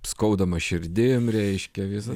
skaudama širdim reiškia visą